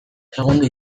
segundo